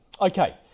Okay